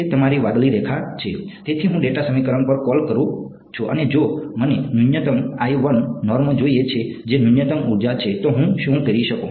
તે તમારી વાદળી રેખા છે તેથી હું ડેટા સમીકરણ પર કૉલ કરું છું અને જો મને ન્યૂનતમ નોર્મ જોઈએ છે જે ન્યૂનતમ ઊર્જા છે તો હું શું કરી શકું